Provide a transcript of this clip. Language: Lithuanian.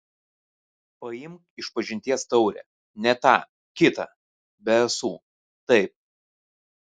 paimk išpažinties taurę ne tą kitą be ąsų taip